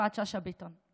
יפעת שאשא ביטון,